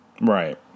Right